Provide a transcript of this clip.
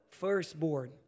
firstborn